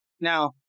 Now